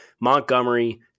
Montgomery